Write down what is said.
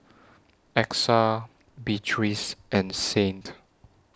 Exa Beatriz and Saint